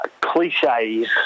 cliches